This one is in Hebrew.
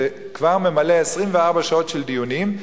זה כבר ממלא 24 שעות של דיונים.